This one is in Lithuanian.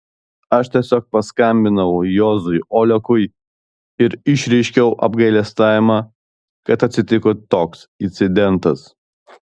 aš tiesiog paskambinau juozui olekui ir išreiškiau apgailestavimą kad atsitiko toks incidentas